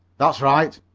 that's right,